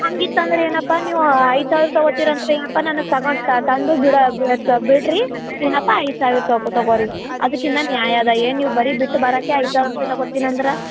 ಹಂಗಿತದ್ರ್ ಏನಪ್ಪ ನೀವು ಐದು ಸಾವಿರ ತಗೋತೀರಂತ್ರ ಏನಪ್ಪಾ ನನಗೆ ತಗೋಡ್ ತಂದು ಬಿಡ ಬೀತ ಬಿಡ್ರೀ ಏನಪ್ಪಾ ಐದು ಸಾವಿರ ತಗೋರಿ ಅದಿಕಿನ್ನ ನ್ಯಾಯ ಅದ ಏನು ನೀವು ಬರಿ ಬಿಟ್ಟು ಬರಕ್ಕೆ ಐದು ಸಾವಿರ ರೂಪಾಯಿ ತಗೋತಿನಂದ್ರ